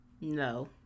No